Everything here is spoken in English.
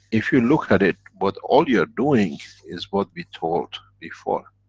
if you look at it, what all you're doing is what we taught before.